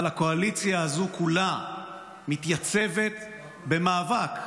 אבל הקואליציה הזו כולה מתייצבת במאבק,